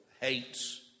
hates